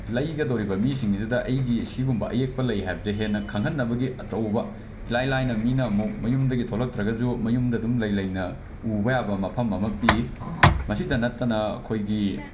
ꯂꯩꯒꯗꯧꯔꯤꯕ ꯃꯤꯁꯤꯡꯁꯤꯗ ꯑꯩꯒꯤ ꯁꯤꯒꯨꯝꯕ ꯑꯌꯦꯛꯄ ꯂꯩ ꯍꯥꯏꯕꯁꯦ ꯍꯦꯟꯅ ꯈꯪꯍꯟꯅꯕꯒꯤ ꯑꯆꯧꯕ ꯏꯂꯥꯏ ꯂꯥꯏꯅ ꯃꯤꯅ ꯑꯃꯨꯛ ꯃꯌꯨꯝꯗꯒꯤ ꯊꯣꯛꯂꯛꯇ꯭ꯔꯒꯁꯨ ꯃꯌꯨꯝꯗ ꯑꯗꯨꯝ ꯂꯩꯅ ꯂꯩꯅ ꯎꯕ ꯌꯥꯕ ꯃꯐꯝ ꯑꯃ ꯄꯤ ꯃꯁꯤꯗ ꯅꯠꯇꯅ ꯑꯩꯈꯣꯏꯒꯤ